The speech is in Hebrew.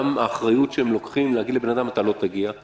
גם האחריות שהם לוקחים להגיד לאדם "אתה לא תגיע לבית חולים",